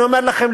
אני אומר לכם,